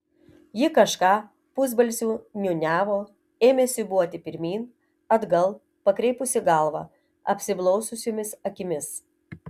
ji kažką pusbalsiu niūniavo ėmė siūbuoti pirmyn atgal pakreipusi galvą apsiblaususiomis akimis